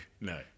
no